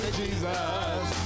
Jesus